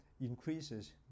increases